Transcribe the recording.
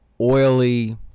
oily